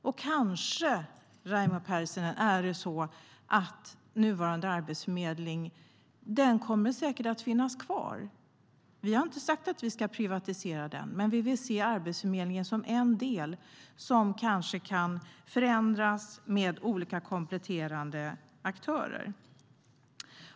del - som kanske kan förändras med olika kompletterande aktörer.